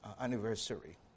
anniversary